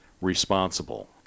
responsible